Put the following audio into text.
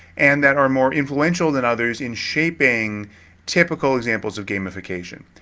and that are more influential than others in shaping typical examples of gamification.